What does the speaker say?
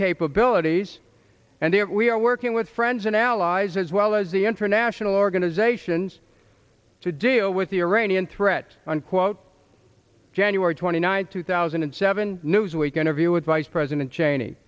capabilities and there we are working with friends and allies as well as the international organizations to deal with the iranian threat unquote january twenty ninth two thousand and seven newsweek interview with vice president cheney